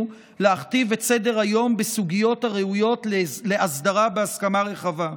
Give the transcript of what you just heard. להכתיב את סדר-היום בסוגיות הראויות להסדרה בהסכמה רחבה.